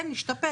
כן השתפר.